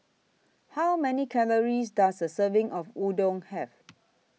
How Many Calories Does A Serving of Udon Have